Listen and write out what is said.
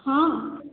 ହଁ